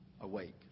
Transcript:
awake